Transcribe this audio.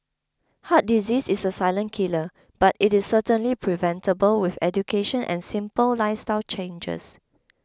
heart disease is a silent killer but it is certainly preventable with education and simple lifestyle changes